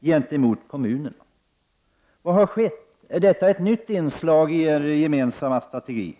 gentemot kommunerna? Vad har skett? Är detta ett nytt inslag i er gemensamma strategi?